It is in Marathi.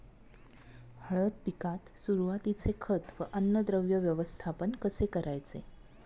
हळद पिकात सुरुवातीचे खत व अन्नद्रव्य व्यवस्थापन कसे करायचे?